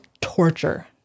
torture